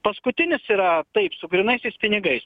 paskutinis yra taip su grynaisiais pinigais